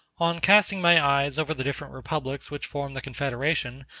on casting my eyes over the different republics which form the confederation,